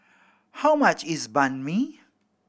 how much is Banh Mi